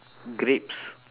grapes